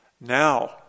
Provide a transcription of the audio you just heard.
now